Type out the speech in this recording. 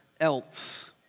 else